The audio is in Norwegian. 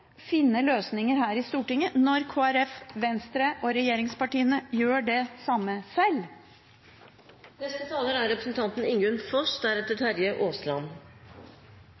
finne løsninger her i Stortinget, når Kristelig Folkeparti, Venstre og regjeringspartiene gjør det samme